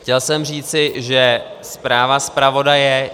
Chtěl jsem říci, že zpráva zpravodaje...